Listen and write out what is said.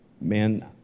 man